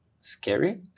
Scary